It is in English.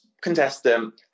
contestant